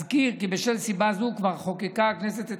אזכיר כי בשל סיבה זו כבר חוקקה הכנסת את